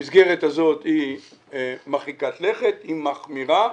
המסגרת הזאת היא מרחיקת לכת, היא מחמירה,